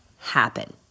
happen